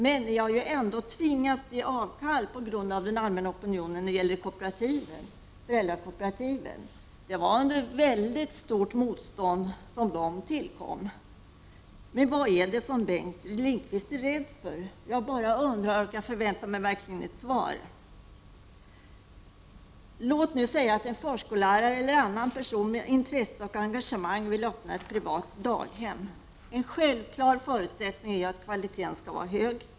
Men socialdemokraterna har ändå tack vare den allmänna opinionen tvingats till reträtt när det gäller föräldrakooperativ. Det var under ett stort motstånd som de tillkom. Vad är det som Bengt Lindqvist är rädd för? Jag förväntar mig verkligen ett svar. Låt oss säga att det finns en förskollärare eller annan person med intresse och engagemang som vill öppna ett privat daghem. En självklar förutsättning är att kvaliteten skall vara hög.